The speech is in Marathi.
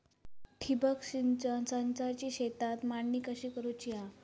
ठिबक सिंचन संचाची शेतात मांडणी कशी करुची हा?